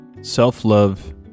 self-love